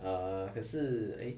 ah 可是 eh